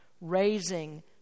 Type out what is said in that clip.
Raising